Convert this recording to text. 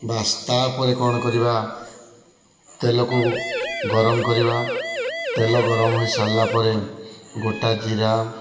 ବାସ ତାପରେ କ'ଣ କରିବା ତେଲକୁ ଗରମ କରିବା ତେଲ ଗରମ ହୋଇସାରିଲାପରେ ଗୋଟା ଜିରା